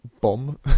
bomb